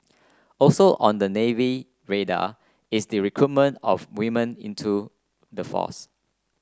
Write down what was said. also on the Navy radar is the recruitment of women into the force